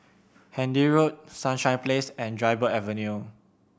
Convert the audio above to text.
Handy Road Sunshine Place and Dryburgh Avenue